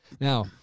Now